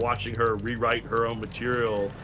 watching her rewrite her own material,